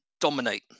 dominate